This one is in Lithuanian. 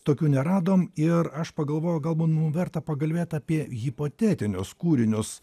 tokių neradom ir aš pagalvojau galbun mum verta pakalbėt apie hipotetinius kūrinius